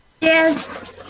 Yes